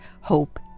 hope